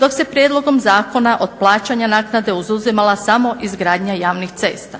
dok se prijedlogom zakona od plaćanja naknade izuzimala samo izgradnja javnih cesta.